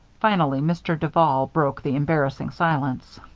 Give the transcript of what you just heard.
finally, mr. duval broke the embarrassing silence.